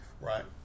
right